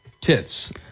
Tits